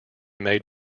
made